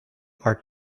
are